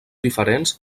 diferents